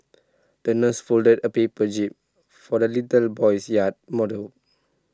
the nurse folded A paper jib for the little boy's yacht model